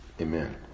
Amen